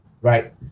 right